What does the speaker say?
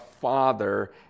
Father